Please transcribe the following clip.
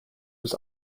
was